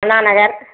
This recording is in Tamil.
அண்ணாநகர்